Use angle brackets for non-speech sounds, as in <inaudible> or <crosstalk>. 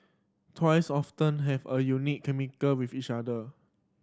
twins often have a unique <unintelligible> with each other